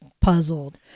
puzzled